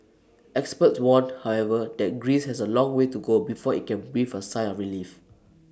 experts warn however that Greece has A long way to go before IT can breathe A sigh of relief